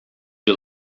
you